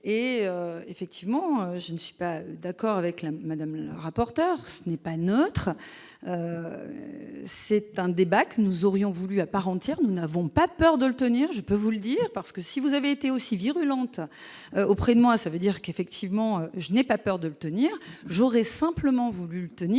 et effectivement je ne suis pas d'accord avec la Madame, le rapporteur, ce n'est pas neutre, c'est un débat que nous aurions voulu à part entière, nous n'avons. Pas peur de le tenir, je peux vous le dire, parce que si vous avez été aussi virulente auprès de moi, ça veut dire qu'effectivement je n'ai pas peur de tenir, j'aurais simplement voulu tenir